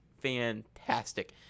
fantastic